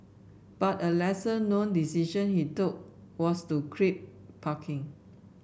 but a lesser known decision he took was to crimp parking